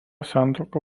santuoka